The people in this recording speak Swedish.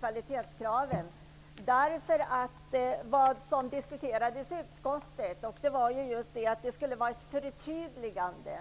kvalitetskraven. Vad som diskuterades i utskottet var just att det skulle göras ett förtydligande.